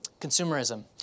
Consumerism